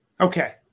Okay